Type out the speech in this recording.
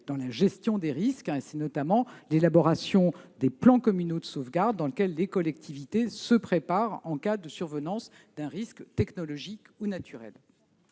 dans la gestion des risques. Je pense, notamment, à l'élaboration des plans communaux de sauvegarde grâce auxquels les collectivités se préparent en cas de survenance d'un risque technologique ou naturel.